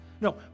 No